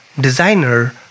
designer